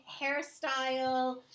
hairstyle